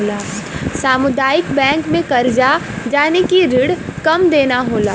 सामुदायिक बैंक में करजा यानि की रिण कम देना होला